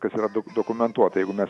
kad yra dok dokumentuota jeigu mes